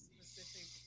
specific